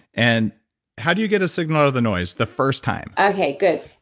and how do you get a signal out of the noise the first time? okay, good.